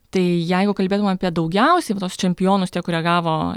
tai jeigu kalbėtumėme apie daugiausiai apie tuos čempionus tie kurie gavo